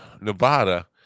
Nevada